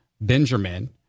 Benjamin